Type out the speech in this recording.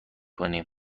کنیم